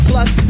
Plus